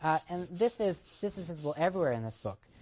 and this is this is visible everywhere in this book.